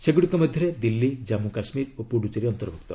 ସେଗୁଡ଼ିକ ମଧ୍ୟରେ ଦିଲ୍ଲୀ ଜାମ୍ମୁ କାଶ୍ମୀର ଓ ପୁଡ଼ୁଚେରୀ ଅନ୍ତର୍ଭୁକ୍ତ